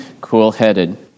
cool-headed